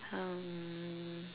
um